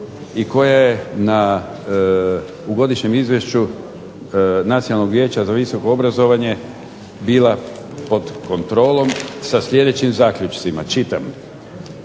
i koja je u godišnjem izvješću Nacionalnog vijeća za visoko obrazovanje bila pod kontrolom sa sljedećim zaključcima, čitam: